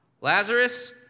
Lazarus